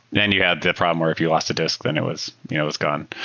then you had the problem where if you lost a disk, then it was you know it was gone.